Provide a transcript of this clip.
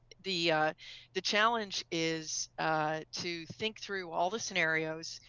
the the challenge is to think through all the scenarios,